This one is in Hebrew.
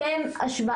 משנת 2022 לשם השוואה,